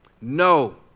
No